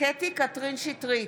קטי קטרין שטרית,